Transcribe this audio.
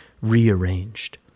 rearranged